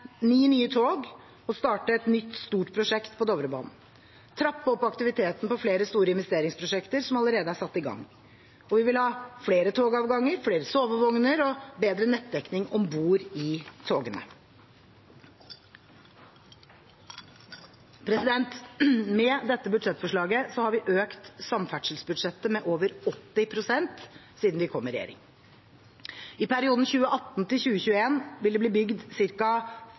ni nye tog, starte et nytt stort prosjekt på Dovrebanen og trappe opp aktiviteten på flere store investeringsprosjekter som allerede er satt i gang. Vi vil ha flere togavganger, flere sovevogner og bedre nettdekning om bord i togene. Med dette budsjettforslaget har vi økt samferdselsbudsjettet med over 80 pst. siden vi kom i regjering. I perioden 2018–2021 vil det bli bygd